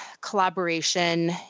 collaboration